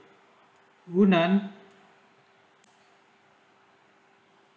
hunan